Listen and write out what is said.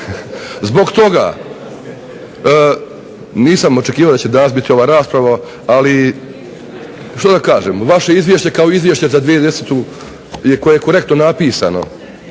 Zbog toga, nisam očekivao da će danas biti ova rasprava, ali što da kažem, vaše izvješće kao izvješće za 2010. koje je korektno napisano